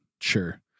sure